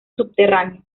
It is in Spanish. subterráneo